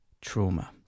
trauma